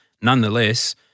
Nonetheless